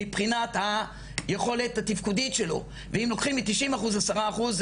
מבחינת היכולת התפקודית שלו ואם לוקחים מ-90 אחוז עשרה אחוז,